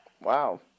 Wow